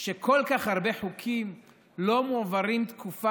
שכל כך הרבה חוקים לא מועברים תקופה